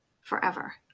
forever